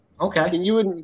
Okay